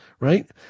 right